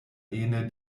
ene